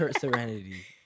Serenity